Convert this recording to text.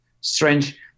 strange